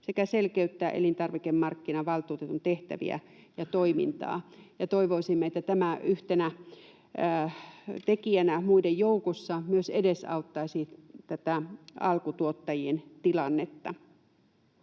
sekä selkeyttää elintarvikemarkkinavaltuutetun tehtäviä ja toimintaa. Toivoisimme, että tämä yhtenä tekijänä muiden joukossa myös edesauttaisi tätä alkutuottajien tilannetta,